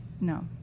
No